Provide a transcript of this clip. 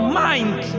mind